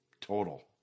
total